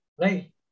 right